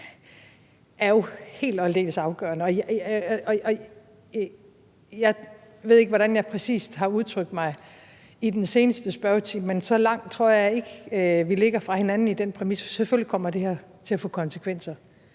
er jo helt og aldeles afgørende. Jeg ved ikke, hvordan jeg præcis har udtrykt mig i den seneste spørgetime, men så langt tror jeg ikke vi ligger fra hinanden i den præmis, for selvfølgelig kommer det her til at få konsekvenser.